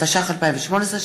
התשע"ח 2018,